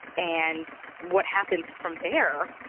and what happens from there.